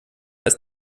ist